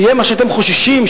שיהיה מה שאתם חוששים,